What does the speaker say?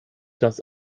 das